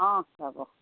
অঁ হ'ব